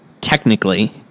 technically